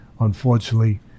unfortunately